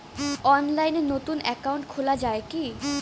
অনলাইনে নতুন একাউন্ট খোলা য়ায় কি?